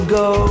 go